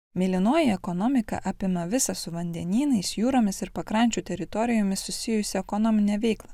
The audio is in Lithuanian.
mėlynoji ekonomika apima visą su vandenynais jūromis ir pakrančių teritorijomis susijusią ekonominę veiklą